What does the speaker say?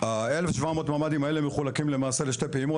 ה-1700 ממ"דים מחולקים למעשה לשתי פעימות.